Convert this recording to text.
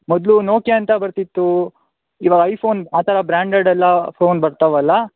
ಮೊದಲು ನೋಕಿಯಾ ಅಂತ ಬರ್ತಿತ್ತು ಇವಾಗ ಐಫೋನ್ ಆ ಥರ ಬ್ರ್ಯಾಂಡೆಡ್ ಎಲ್ಲಾ ಫೋನ್ ಬರ್ತಾವಲ್ಲ